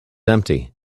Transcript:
empty